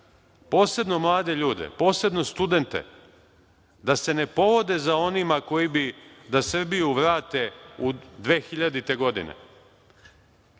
posebno mlade ljude, posebno studente da se ne povode za onima koji bi da Srbiju vrate u 2000-e godine,